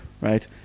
Right